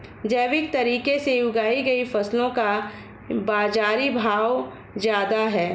जैविक तरीके से उगाई हुई फसलों का बाज़ारी भाव ज़्यादा है